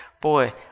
boy